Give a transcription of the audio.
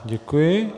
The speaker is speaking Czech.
Děkuji.